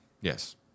Yes